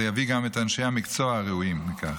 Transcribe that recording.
זה יביא גם את אנשי המקצוע הראויים לכך.